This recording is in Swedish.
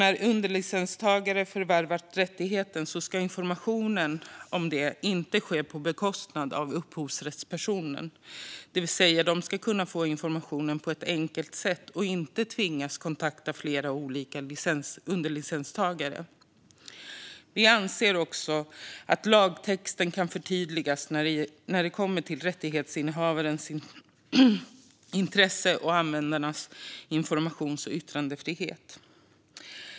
När underlicenstagare förvärvat rättigheter ska inte informationen om detta ske på bekostnad av upphovsrättspersoner, det vill säga att de ska kunna få informationen på ett enkelt sätt och inte tvingas kontakta flera olika underlicenstagare. Vi anser också att lagtexten kan förtydligas när det kommer till rättighetsinnehavarens intresse och användarnas informations och yttrandefrihet.